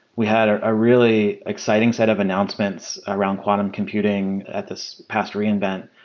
we had a really exciting set of announcements around quantum computing at this past reinvent,